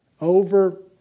Over